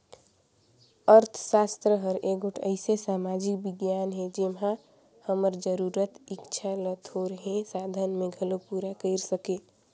अर्थसास्त्र हर एगोट अइसे समाजिक बिग्यान हे जेम्हां हमर जरूरत, इक्छा ल थोरहें साधन में घलो पूरा कइर सके